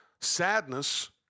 sadness